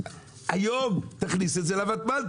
היום תכניס את זה לותמ"ל,